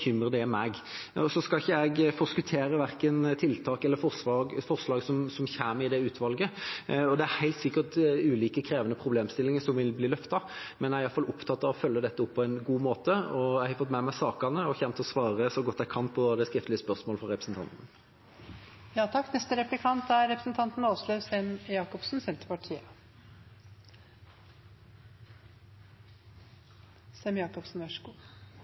skal ikke jeg forskuttere verken tiltak eller forslag som kommer fra det utvalget – det er helt sikkert ulike krevende problemstillinger som vil bli løftet. Men jeg er i hvert fall opptatt av å følge dette opp på en god måte. Jeg har fått med meg sakene og kommer til å svare så godt jeg kan på det skriftlige spørsmålet fra representanten.